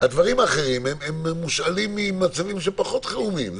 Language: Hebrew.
הדברים האחרים מושאלים ממצבים פחות חירומיים.